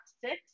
six